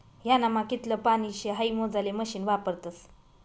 ह्यानामा कितलं पानी शे हाई मोजाले मशीन वापरतस